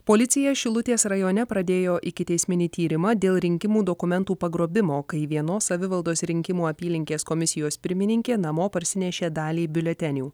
policija šilutės rajone pradėjo ikiteisminį tyrimą dėl rinkimų dokumentų pagrobimo kai vienos savivaldos rinkimų apylinkės komisijos pirmininkė namo parsinešė dalį biuletenių